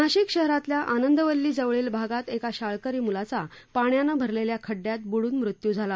नाशिक शहरातील आनंदवल्ली जवळील भागात एका शाळकरी मुलाचा पाण्याने भरलेल्या खड्ड्यात बुडुन मृत्यू झाला